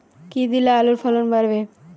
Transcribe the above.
কী দিলে আলুর ফলন বাড়বে?